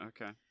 okay